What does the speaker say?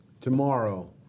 tomorrow